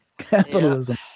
Capitalism